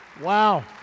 Wow